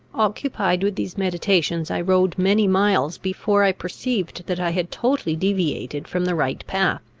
occupied with these meditations, i rode many miles before i perceived that i had totally deviated from the right path.